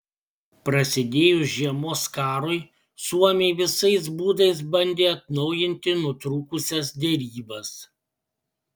prasidėjus žiemos karui suomiai visais būdais bandė atnaujinti nutrūkusias derybas